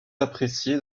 appréciés